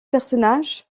personnages